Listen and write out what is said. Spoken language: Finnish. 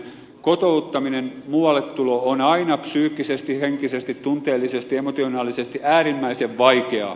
kotouttaminen muualle tulo on aina psyykkisesti henkisesti tunteellisesti emotionaalisesti äärimmäisen vaikeaa